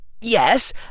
Yes